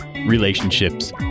Relationships